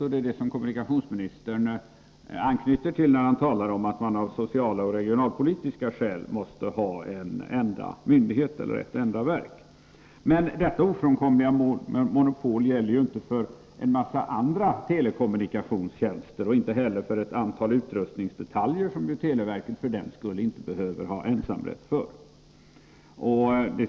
Det är det som kommunikationsministern anspelar på när han talar om att man av sociala och regionalpolitiska skäl måste ha en enda myndighet, ett enda verk. Detta gäller emellertid inte för en mängd andra telekommunikationstjänster och inte heller beträffande ett antal utrustningsdetaljer, som ju televerket inte behöver ha ensamrätt på.